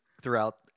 throughout